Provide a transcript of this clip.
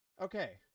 okay